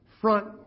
front